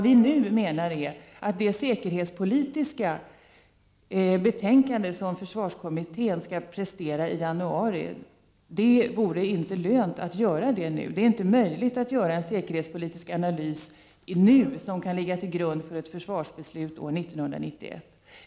I januari skall försvarskommittén lägga fram sitt säkerhetspolitiska betänkande. Men vi anser att det inte är möjligt att nu göra en säkerhetspolitisk analys, som kan ligga till grund för ett försvarspolitiskt beslut år 1991.